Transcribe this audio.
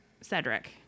Cedric